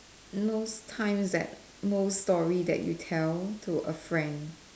most times that most story that you tell to a friend